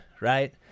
right